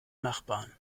nachbarn